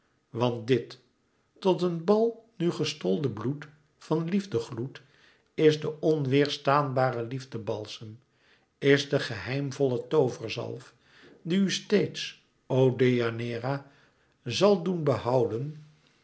want dit tot een bal nu gestolde bloed van liefdegloed is de onweêrstaanbare liefdebalsem is de geheimvolle tooverzalf die u steeds o deianeira zal doen behouden